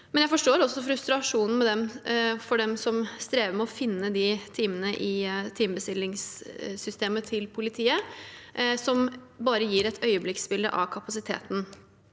jeg forstår frustrasjonen for dem som strever med å finne de timene i timebestillingssystemet til politiet, som bare gir et øyeblikksbilde av kapasiteten.